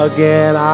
Again